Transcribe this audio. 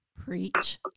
Preach